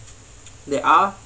there are